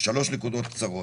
שלוש נקודות קצרות.